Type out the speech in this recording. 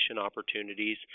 opportunities